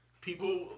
people